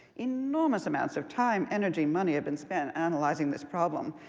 enormous amounts of time, energy, money have been spent analyzing this problem.